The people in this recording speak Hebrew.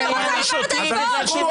אתה מעניש אותי בגלל שהיא מפריעה?